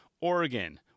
Oregon